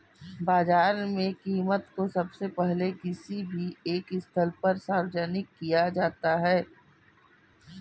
बाजार में कीमत को सबसे पहले किसी भी एक स्थल पर सार्वजनिक किया जाता है